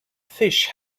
fish